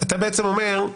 אתה בעצם אומר,